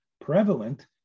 prevalent